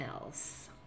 else